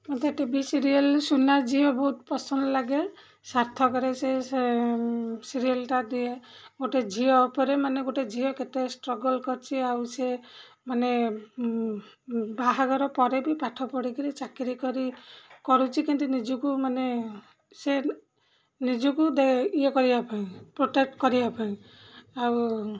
ମୋତେ T V serial Suna Jhia ବହୁତ ପସନ୍ଦ ଲାଗେ ସାର୍ଥକରେ ସେ ସେ ସିରିଏଲଟା ଦିଏ ଗୋଟିଏ ଝିଅ ଉପରେ ମାନେ ଗୋଟିଏ ଝିଅ କେତେ ଷ୍ଟ୍ରଗଲ କରିଛି ଆଉ ସେ ମାନେ ବାହାଘର ପରେ ବି ପାଠ ପଢ଼ିକରି ଚାକିରି କରି କରୁଛି କିନ୍ତୁ ନିଜକୁ ମାନେ ସେ ନିଜକୁ ଦେ ଇଏ କରିବା ପାଇଁ ପ୍ରୋଟେକ୍ଟ କରିବା ପାଇଁ ଆଉ